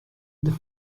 with